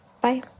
Bye